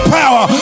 power